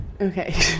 Okay